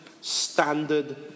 Standard